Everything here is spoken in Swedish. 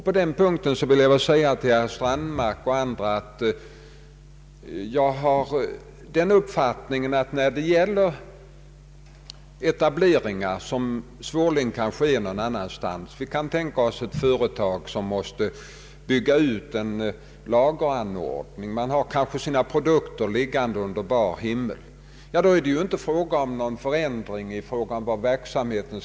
På denna punkt vill jag säga till herr Strandberg och andra att jag har den uppfattningen att det bör vara ganska lätt att få tillstånd till etableringar som svårligen kan ske någon annanstans — vi kan tänka oss ett företag som skall bygga ut en lageranordning, eftersom det kanske har sina produkter liggande under bar himmel, och då är det inte fråga om någon förändring av verksamheten.